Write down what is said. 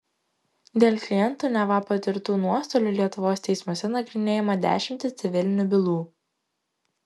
dėl klientų neva patirtų nuostolių lietuvos teismuose nagrinėjama dešimtys civilinių bylų